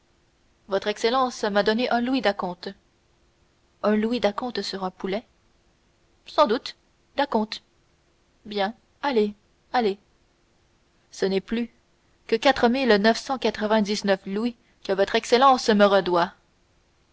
votre excellence a donné un louis d'acompte un louis d'acompte sur un poulet sans doute d'acompte bien allez allez ce n'est plus que quatre mille neuf cent quatre-vingt-dix-neuf louis que votre excellence me redoit